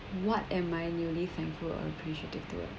what am I merely thankful and appreciative toward